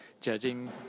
judging